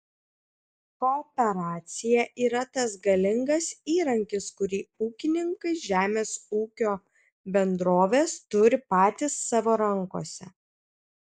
kooperacija yra tas galingas įrankis kurį ūkininkai žemės ūkio bendrovės turi patys savo rankose